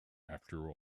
after